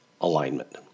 alignment